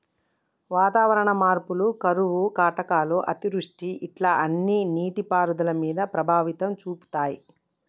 వాతావరణ మార్పులు కరువు కాటకాలు అతివృష్టి ఇట్లా అన్ని నీటి పారుదల మీద ప్రభావం చూపితాయ్